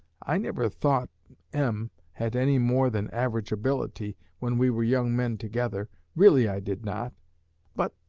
i never thought m had any more than average ability, when we were young men together really i did not but,